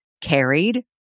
carried